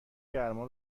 گرما